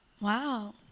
wow